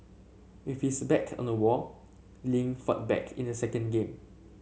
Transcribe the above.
if his back on the wall Lin fought back in the second game